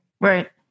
Right